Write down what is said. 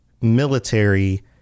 military